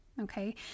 Okay